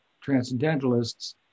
Transcendentalists